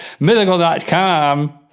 mythical com.